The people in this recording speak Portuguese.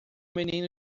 menino